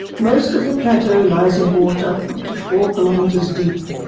most of the plateau lies in water up to four kilometres deep,